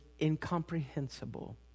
incomprehensible